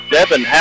Devin